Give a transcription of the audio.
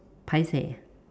paiseh